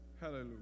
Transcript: Hallelujah